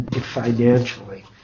financially